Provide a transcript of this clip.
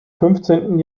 fünfzehnten